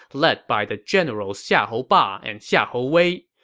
led by the generals xiahou ba and xiahou wei.